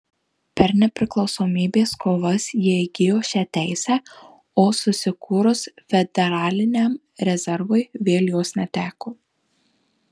per nepriklausomybės kovas jie įgijo šią teisę o susikūrus federaliniam rezervui vėl jos neteko